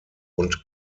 und